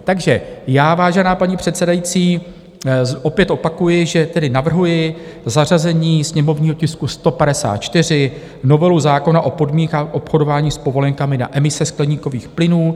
Takže, vážená paní předsedající, opět opakuji, že navrhuji zařazení sněmovního tisku 154, novelu zákona o podmínkách obchodování s povolenkami na emise skleníkových plynů.